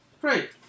great